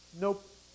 Nope